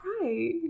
right